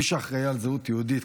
מי שאחראי לזהות יהודית,